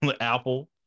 Apple